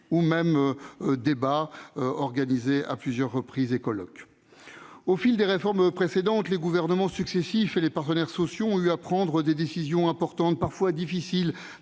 nombreux rapports, préconisations, débats et colloques. Au fil des réformes précédentes, les gouvernements successifs et les partenaires sociaux ont dû prendre des décisions importantes, parfois difficiles,